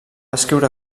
escriure